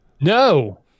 No